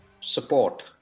support